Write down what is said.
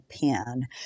pen